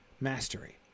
mastery